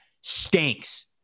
stinks